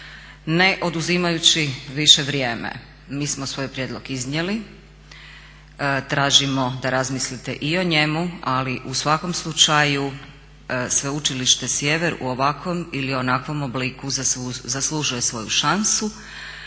ne oduzimajući više vrijeme mi smo svoj prijedlog iznijeli, tražimo da razmislite i o njemu ali u svakom slučaju Sveučilište Sjever u ovakvom ili onakvom obliku zaslužuje svoju šansu